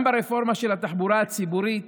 גם ברפורמה של התחבורה הציבורית